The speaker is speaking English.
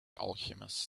alchemist